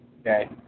Okay